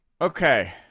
okay